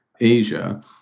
Asia